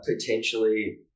potentially